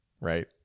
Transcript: right